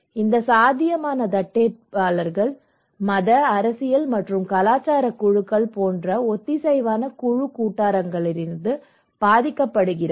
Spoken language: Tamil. இந்த சாத்தியமான தத்தெடுப்பாளர்கள் மத அரசியல் மற்றும் கலாச்சார குழுக்கள் போன்ற ஒத்திசைவான குழு கூட்டாளர்களால் பாதிக்கப்படுகிறார்கள்